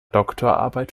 doktorarbeit